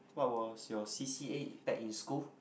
what was your c_c_a back in school